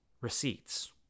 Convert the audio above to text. receipts